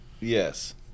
Yes